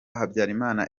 habyarimana